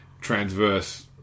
transverse